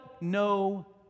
no